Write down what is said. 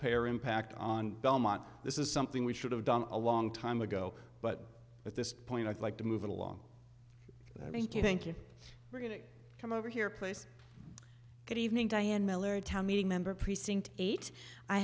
taxpayer impact on belmont this is something we should have done a long time ago but at this point i think to move it along i think you think you were going to come over here place good evening diane miller town meeting member precinct eight i